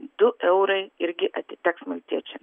du eurai irgi atiteks maltiečiam